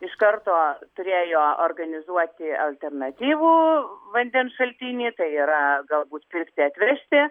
iš karto turėjo organizuoti alternatyvų vandens šaltinį tai yra galbūt pirkti atvežti